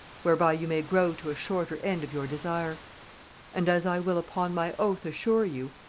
whereby you may grow to a shorter end of your desire and as i will upon my oath assure you,